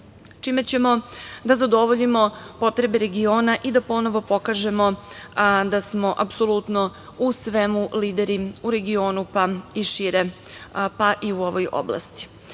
čime ćemo da zadovoljimo potrebe regiona i da ponovo pokažemo da smo apsolutno u svemu lideri u regionu, pa i šire, pa i u ovoj oblasti. Želela